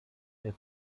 mehr